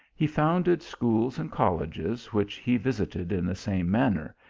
he founded schools and colleges, which he visited in the same manner,